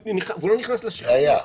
זה היה.